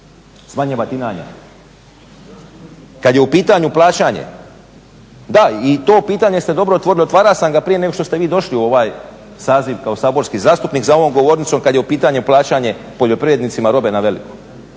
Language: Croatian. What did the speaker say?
manje batinanja. Kad je u pitanju plaćanje, da i to pitanje ste dobro otvorili, otvarao sam ga prije nego što ste vi došli u ovaj saziv kao saborski zastupnik za ovom govornicom kad je u pitanju plaćanje poljoprivrednicima robe na veliko